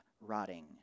rotting